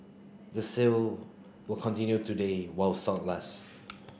the sale will continue today while stock last